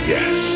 Yes